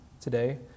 today